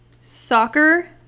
soccer